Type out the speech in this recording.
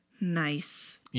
nice